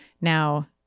now